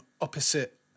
opposite